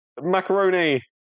Macaroni